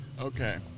Okay